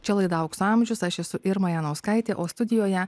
čia laida aukso amžius aš esu irma janauskaitė o studijoje